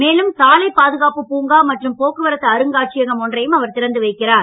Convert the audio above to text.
மேலும் சாலைப் பாதுகாப்பு பூங்கா மற்றும் போக்குவரத்து அருங்காட்சியகம் ஒன்றையும் அவர் திறந்து வைக்கிறார்